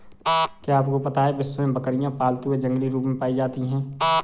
क्या आपको पता है विश्व में बकरियाँ पालतू व जंगली रूप में पाई जाती हैं?